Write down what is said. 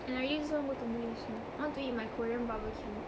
and I really just want to go to malaysia I want to eat my korean barbeque